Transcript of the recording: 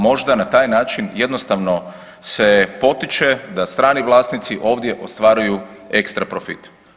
Možda na taj način jednostavno se potiče da strani vlasnici ovdje ostvaruju ekstra profit.